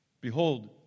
Behold